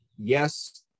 Yes